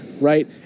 right